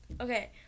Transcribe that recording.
okay